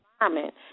environment